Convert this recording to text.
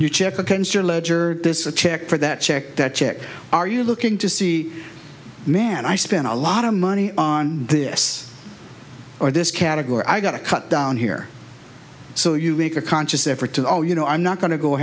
you check your ledger this is a check for that check that check are you looking to see man i spent a lot of money on this for this category i got a cut down here so you make a conscious effort to though you know i'm not going to go